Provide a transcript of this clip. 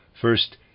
First